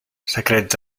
secrets